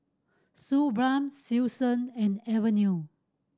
Suu Balm Selsun and Avene